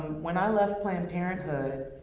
when i left planned parenthood,